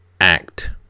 act